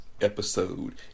episode